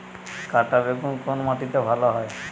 কাঁটা বেগুন কোন মাটিতে ভালো হয়?